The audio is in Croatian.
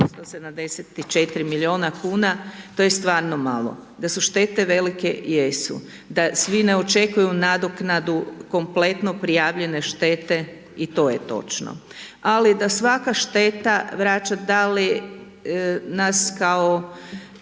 174 milijuna kuna, to je stvarno malo. Da su štete velike, jesu, da svi ne očekuju nadoknadu kompletno prijavljene štete i to je točno, ali da svaka šteta, vraća da li nas kao